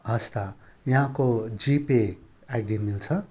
हवस् त यहाँको जिपे आइडी मिल्छ